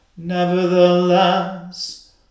Nevertheless